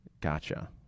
Gotcha